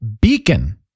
beacon